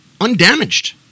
undamaged